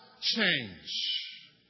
change